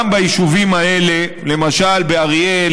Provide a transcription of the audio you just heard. למשל באריאל,